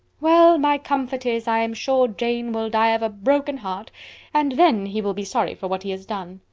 well, my comfort is, i am sure jane will die of a broken heart and then he will be sorry for what he has done.